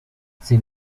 sin